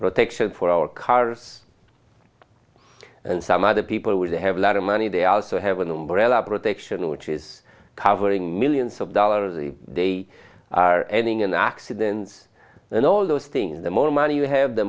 protection for our cars and some other people who they have a lot of money they also have an umbrella protection which is covering millions of dollars if they are ending in accidents and all those things the more money you have the